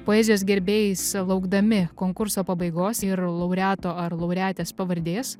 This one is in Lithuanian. poezijos gerbėjais laukdami konkurso pabaigos ir laureato ar laureatės pavardės